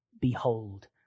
behold